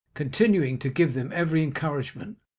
continuing to give them every encouragement.